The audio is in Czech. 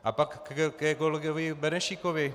A pak ke kolegovi Benešíkovi.